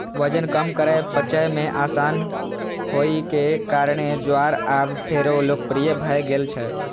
वजन कम करै, पचय मे आसान होइ के कारणें ज्वार आब फेरो लोकप्रिय भए गेल छै